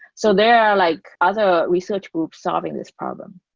so there are like other research groups solving this problem.